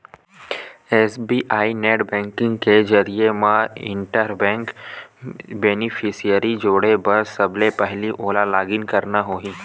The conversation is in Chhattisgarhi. एस.बी.आई नेट बेंकिंग के जरिए म इंटर बेंक बेनिफिसियरी जोड़े बर सबले पहिली ओला लॉगिन करना होही